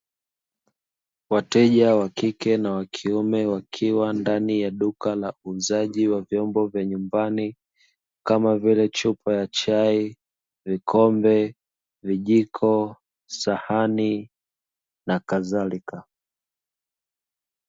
Wateja wa kike na wa kiume, wakiwa ndani ya duka la uuzaji wa vyombo vya nyumbani, kama vile chupa ya chai, vikombe, vijiko, sahani na kadhalika.